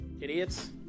idiots